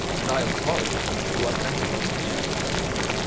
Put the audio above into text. and i am sorry it makes you unhappy, he added in a moment.